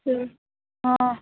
हँ